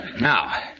now